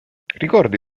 ricordi